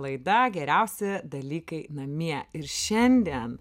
laida geriausi dalykai namie ir šiandien